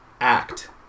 act